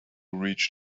reach